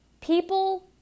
people